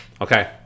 Okay